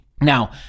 Now